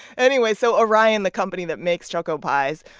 anyway, so orion, the company that makes choco pies,